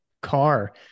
car